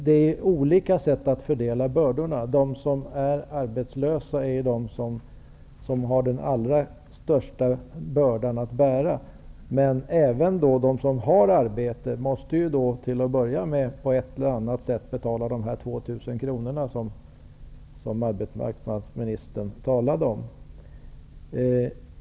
Det finns olika sätt att fördela bördorna på. De som är arbetslösa har den allra största bördan att bära, men även de som har arbete måste till att börja med, på ett eller annat sätt, betala de 2 000 kr. som arbetsmarknadsministern talade om.